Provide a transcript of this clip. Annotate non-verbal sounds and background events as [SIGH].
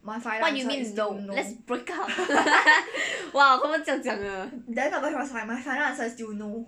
what you mean is no let's break up [LAUGHS] !wah! 我 confirm 这样讲的